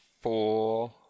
Four